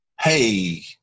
Hey